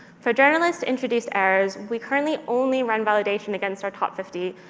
for journalist-introduced errors, we currently only run validation against our top fifty.